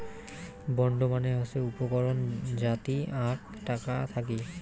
bond মানে হসে উপকরণ যাতি আক টাকা থাকি